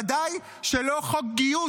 ודאי שלא חוק גיוס,